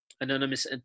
Anonymous